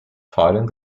fighting